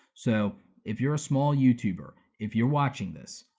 so if you're a small youtuber, if you're watching this,